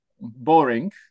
boring